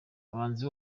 abahanzi